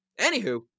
Anywho